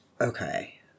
Okay